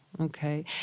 Okay